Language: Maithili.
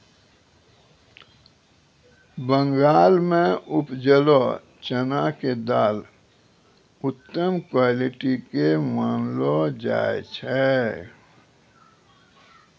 बंगाल मॅ उपजलो चना के दाल उत्तम क्वालिटी के मानलो जाय छै